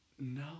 No